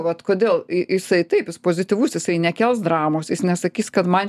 vat kodėl jisai taip jis pozityvus jisai nekels dramos jis nesakys kad man